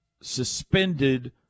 suspended